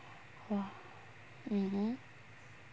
!wah! mmhmm